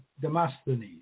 Demosthenes